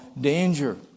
danger